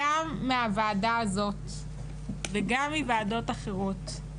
גם מהוועדה הזאת וגם מוועדות אחרות,